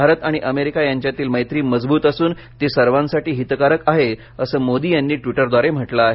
भारत आणि अमेरिका यांच्यातील मैत्री मजबूत असून टी सर्वांसाठी हितकारक आहे असं मोदी यांनी ट्विटद्वारे म्हटलं आहे